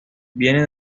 viene